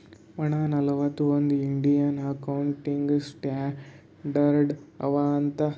ವಟ್ಟ ನಲ್ವತ್ ಒಂದ್ ಇಂಡಿಯನ್ ಅಕೌಂಟಿಂಗ್ ಸ್ಟ್ಯಾಂಡರ್ಡ್ ಅವಾ ಅಂತ್